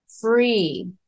Free